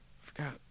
forgot